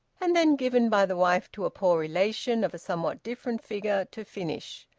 and then given by the wife to a poor relation of a somewhat different figure to finish.